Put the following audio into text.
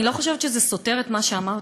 אני לא חושבת שזה סותר את מה שאמרתי.